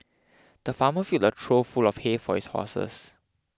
the farmer filled a trough full of hay for his horses